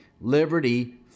Liberty